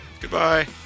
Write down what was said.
Goodbye